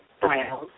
Brown